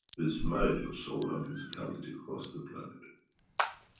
this marriage of soul and physicality across the planet